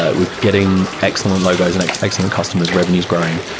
ah we're getting excellent logos and excellent customers, revenues growing.